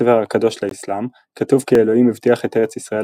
הספר הקדוש לאסלאם כתוב כי אלוהים הבטיח את ארץ ישראל